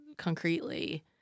concretely